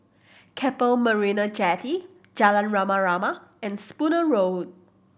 Keppel Marina Jetty Jalan Rama Rama and Spooner Road